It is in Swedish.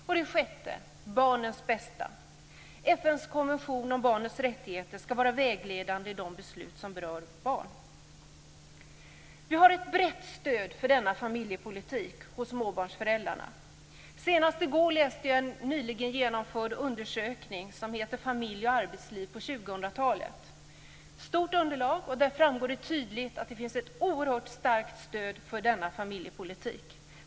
Den sjätte principen är barnets bästa. FN:s konvention om barnets rättigheter ska vara vägledande i de beslut som berör barn. Vi har ett brett stöd för denna familjepolitik hos småbarnsföräldrarna. Senast i går läste jag en nyligen genomförd undersökning som heter Familj och arbetsliv på 2000-talet. Den bygger på ett stort underlag, och det framgår tydligt att det finns oerhört starkt stöd för denna familjepolitik.